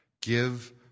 Give